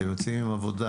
אתם יוצאים מכאן עם עבודה,